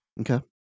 Okay